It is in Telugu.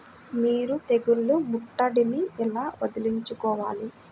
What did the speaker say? మీరు తెగులు ముట్టడిని ఎలా వదిలించుకోవాలి?